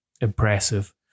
impressive